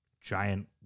giant